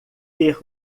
ter